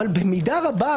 אבל במידה רבה,